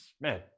Man